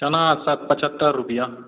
चना सत पच्छहत्तर रूपैआ